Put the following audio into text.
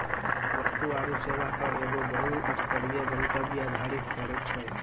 वस्तु आरु सेवा कर एगो बहु स्तरीय, गंतव्य आधारित कर छै